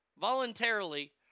Voluntarily